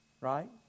right